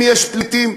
אם יש פליטים,